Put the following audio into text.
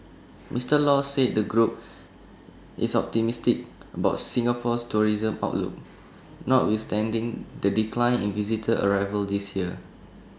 Mister law said the group is optimistic about Singapore's tourism outlook notwithstanding the decline in visitor arrivals this year